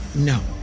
no.